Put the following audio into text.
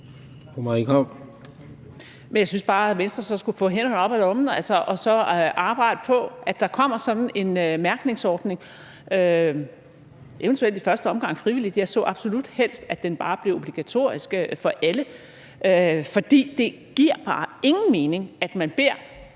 jeg synes bare, at Venstre så skulle få hænderne op af lommen og arbejde på, at der kommer sådan en mærkningsordning, eventuelt i første omgang frivilligt. Jeg så absolut helst, at den bare blev obligatorisk for alle, for det giver ingen mening, at man beder